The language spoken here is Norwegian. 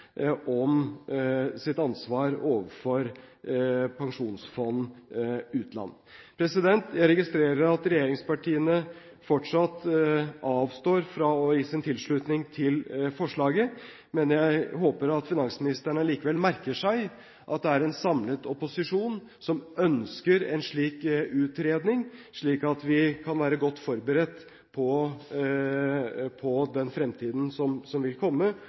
om sitt ansvar for Statens pensjonsfond utland. Jeg registrerer at regjeringspartiene fortsatt avstår fra å gi sin tilslutning til forslaget. Men jeg håper at finansministeren likevel merker seg at det er en samlet opposisjon som ønsker en slik utredning, slik at vi kan være godt forberedt på den fremtiden som vil komme,